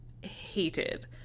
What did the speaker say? hated